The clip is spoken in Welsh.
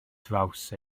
draws